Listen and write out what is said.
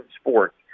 sports